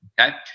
Okay